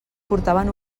portaven